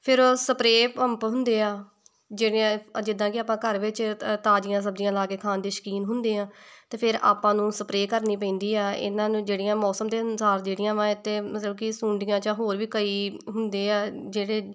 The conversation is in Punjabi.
ਫਿਰ ਸਪਰੇਅ ਪੰਪ ਹੁੰਦੇ ਆ ਜਿਹੜੀਆਂ ਜਿੱਦਾਂ ਕਿ ਆਪਾਂ ਘਰ ਵਿੱਚ ਤ ਤਾਜ਼ੀਆਂ ਸਬਜ਼ੀਆਂ ਲਗਾ ਕੇ ਖਾਣ ਦੇ ਸ਼ੌਕੀਨ ਹੁੰਦੇ ਹਾਂ ਅਤੇ ਫਿਰ ਆਪਾਂ ਨੂੰ ਸਪਰੇਅ ਕਰਨੀ ਪੈਂਦੀ ਆ ਇਹਨਾਂ ਨੂੰ ਜਿਹੜੀਆਂ ਮੌਸਮ ਦੇ ਅਨੁਸਾਰ ਜਿਹੜੀਆਂ ਵਾ ਇੱਥੇ ਮਤਲਬ ਕਿ ਸੁੰਡੀਆਂ ਜਾਂ ਹੋਰ ਵੀ ਕਈ ਹੁੰਦੇ ਆ ਜਿਹੜੇ